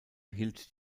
hielt